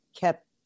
kept